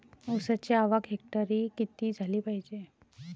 ऊसाची आवक हेक्टरी किती झाली पायजे?